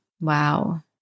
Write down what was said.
Wow